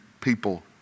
people